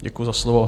Děkuju za slovo.